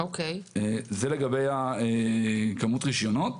זה לגבי כמות הרישיונות.